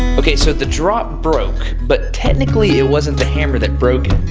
ok so the drop broke, but technically it wasn't the hammer that broke